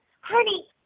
honey